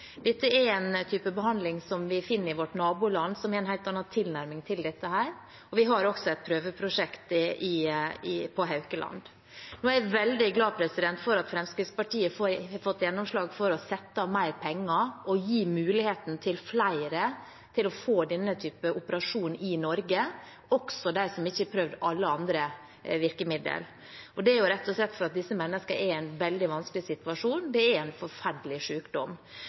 Dette er en type behandling som vi finner i vårt naboland, som har en helt annen tilnærming til dette. Vi har også et prøveprosjekt på Haukeland. Jeg er veldig glad for at Fremskrittspartiet har fått gjennomslag for å sette av mer penger og gi flere mulighet til å få denne typen operasjon i Norge – også dem som ikke har prøvd alle andre virkemidler. Det er rett og slett fordi disse menneskene er i en veldig vanskelig situasjon. Det er en forferdelig